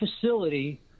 facility